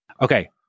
Okay